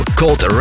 called